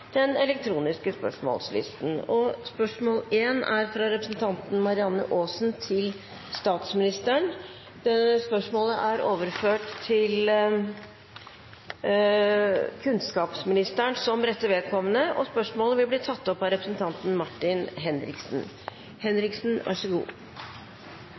den elektroniske spørsmålslisten. Den foreslåtte endringen foreslås godkjent. – Det anses vedtatt. Endringen var som følger: Spørsmål 1, fra representanten Marianne Aasen til statsministeren, er overført til kunnskapsministeren som rette vedkommende. Spørsmålet vil bli tatt opp av representanten Martin Henriksen.